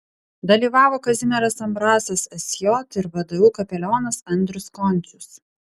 dalyvavo kazimieras ambrasas sj ir vdu kapelionas andrius končius